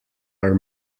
are